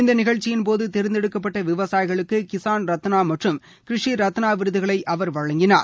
இந்த நிகழ்ச்சியின்போது தேர்ந்தெடுக்கப்பட்ட விவசாயிகளுக்கு கிஸான் ரத்னா மற்றம் கிரிஷி ரத்னா விருதுகளை அவர் வழங்கினார்